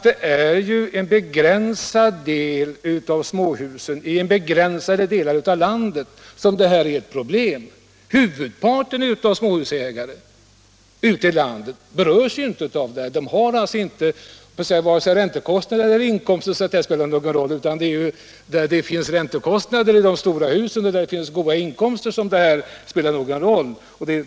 Det är i en begränsad del av småhusen i begränsade delar av landet som det här är ett problem. Huvudparten av småhusägare ute i landet berörs inte av problemet — de har varken sådana räntekostnader eller sådana inkomster att lösningen av det här problemet spelar någon roll 79 Om ökad rättvisa i för dem. Det är för dem som har stora hus, räntekostnader och goda inkomster som det här spelar någon roll.